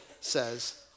says